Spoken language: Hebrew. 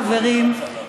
חברות וחברים,